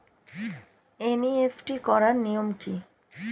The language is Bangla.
এন.ই.এফ.টি করার নিয়ম কী?